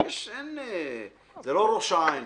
זה לא ראש העין.